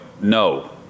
No